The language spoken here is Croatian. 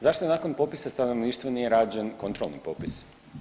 Zašto je nakon popisa stanovništva nije rađen kontrolni popis?